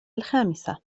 الخامسة